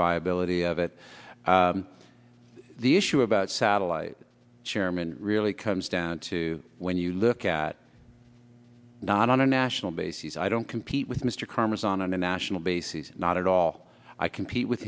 viability of it the issue about satellite chairman really comes down to when you look at not on a national basis i don't compete with mr karmas on a national basis not at all i compete with